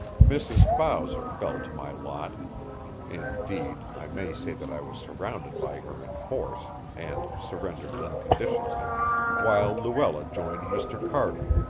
mrs. bowser fell to my lot indeed, i may say that i was surrounded by her in force, and surrendered unconditionally while luella joined mr. carter,